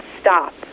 stop